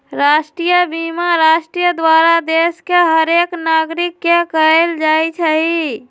राष्ट्रीय बीमा राष्ट्र द्वारा देश के हरेक नागरिक के कएल जाइ छइ